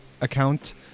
account